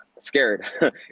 scared